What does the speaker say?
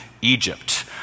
Egypt